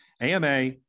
AMA